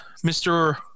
Mr